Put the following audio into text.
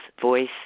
voice